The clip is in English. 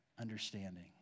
understanding